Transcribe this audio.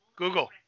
Google